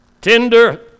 tender